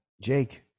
Jake